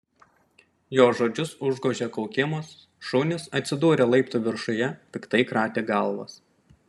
jo žodžius užgožė kaukimas šunys atsidūrę laiptų viršuje piktai kratė galvas